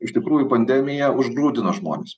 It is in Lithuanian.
iš tikrųjų pandemija užgrūdino žmones